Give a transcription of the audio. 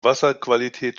wasserqualität